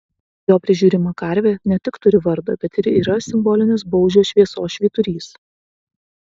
jo prižiūrima karvė ne tik turi vardą bet ir yra simbolinis baužio šviesos švyturys